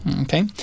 Okay